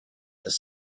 this